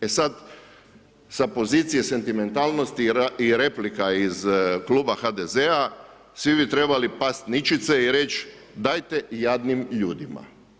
E sad, sa pozicije sentimentalnosti i replika iz kluba HDZ-a svi bi trebali past ničice i reći dajte jadnim ljudima.